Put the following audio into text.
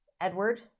Edward